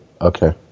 okay